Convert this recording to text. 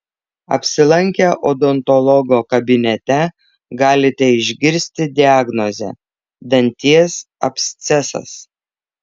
apsilankę odontologo kabinete galite išgirsti diagnozę danties abscesas